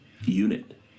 unit